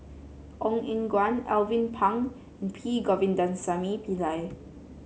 Ong Eng Guan Alvin Pang and P Govindasamy Pillai